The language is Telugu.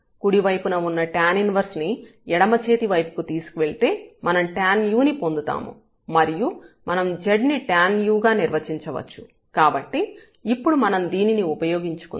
కుడివైపున ఉన్న tan 1ని ఎడమ చేతి వైపుకు తీసుకువెళ్తే మనం tanu ని పొందుతాము మరియు మనం z ను tanu గా నిర్వచించవచ్చు కాబట్టి ఇప్పుడు మనం దీనిని ఉపయోగించుకుందాం